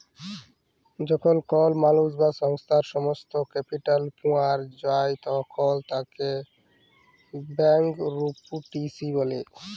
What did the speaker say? যখল কল মালুস বা সংস্থার সমস্ত ক্যাপিটাল ফুরাঁয় যায় তখল তাকে ব্যাংকরূপটিসি ব্যলে